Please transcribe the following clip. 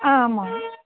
ஆ ஆமாம்